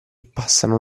passano